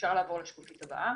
בשקופית הבאה